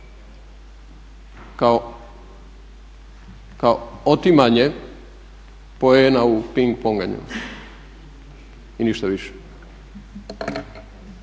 kao otimanje poena u ping ponganju i ništa više.